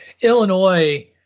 Illinois